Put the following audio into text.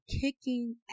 kicking